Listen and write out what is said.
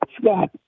Scott